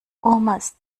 omas